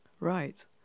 Right